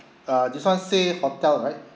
uh this [one] stay in hotel right